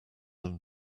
them